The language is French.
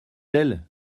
elle